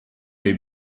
dei